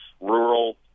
rural